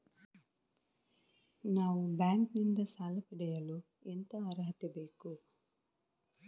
ನಾವು ಬ್ಯಾಂಕ್ ನಿಂದ ಸಾಲ ಪಡೆಯಲು ಎಂತ ಅರ್ಹತೆ ಬೇಕು?